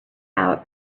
out